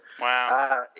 Wow